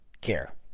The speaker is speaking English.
care